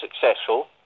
successful